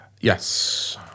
Yes